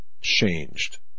changed